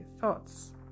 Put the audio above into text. thoughts